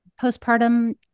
postpartum